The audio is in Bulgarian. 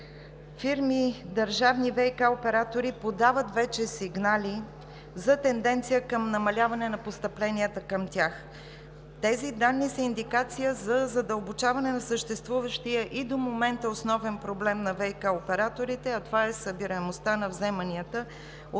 фирми – държавни ВиК оператори, подават вече сигнали за тенденция към намаляване на постъпленията към тях. Тези данни са индикация за задълбочаване на съществуващия и до момента основен проблем на ВиК операторите – събираемостта на вземанията